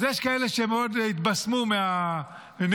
אז יש כאלה שמאוד התבשמו מהנאום,